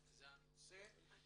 זה הנושא.